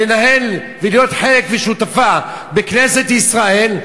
לנהל ולהיות חלק ושותפה בכנסת ישראל,